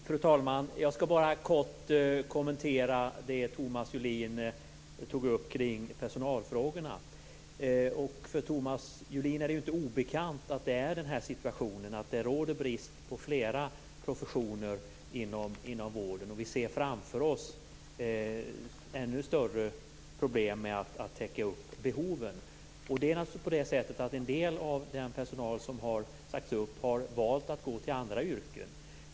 Fru talman! Jag skall bara kort kommentera det Thomas Julin tog upp om personalfrågorna. För Thomas Julin är det inte obekant att det råder brist inom flera professioner inom vården. Vi ser framför oss ännu större problem med att täcka upp behoven. En del av den personal som har sagts upp har valt att gå till andra yrken.